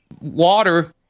water